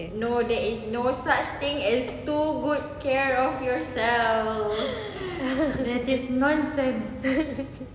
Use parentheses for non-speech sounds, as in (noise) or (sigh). (laughs)